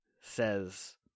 says